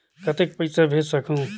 कतेक पइसा भेज सकहुं?